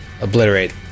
obliterate